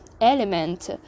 element